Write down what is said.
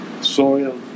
soil